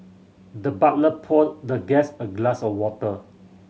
the butler poured the guest a glass of water